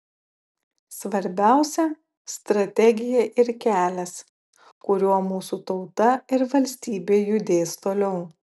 svarbiausia strategija ir kelias kuriuo mūsų tauta ir valstybė judės toliau